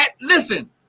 Listen